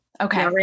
Okay